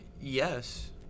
yes